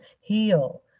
heal